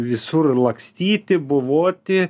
visur lakstyti buvoti